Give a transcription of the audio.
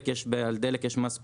על דלק יש מס בלו,